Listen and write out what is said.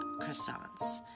croissants